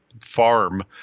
farm